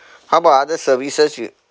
how about other services you